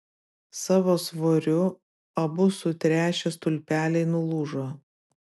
savo svoriu abu sutręšę stulpeliai nulūžo